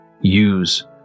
Use